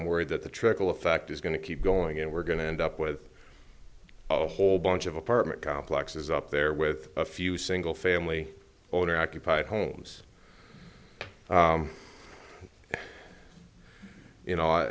i'm worried that the trickle of fact is going to keep going and we're going to end up with a whole bunch of apartment complexes up there with a few single family owner occupied homes you know